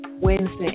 Wednesday